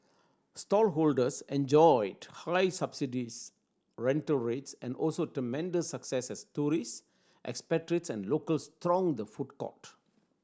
stallholders enjoyed highly subsidised rental rates and also tremendous success as tourist expatriates and locals thronged the food centre